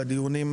בדיונים,